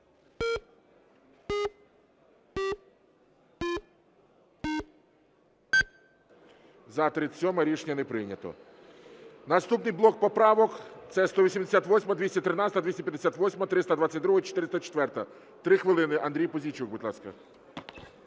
За-37 Рішення не прийнято. Наступний блок поправок: це 188, 213, 258, 322, 404. 3 хвилини, Андрій Пузійчук, будь ласка.